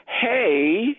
hey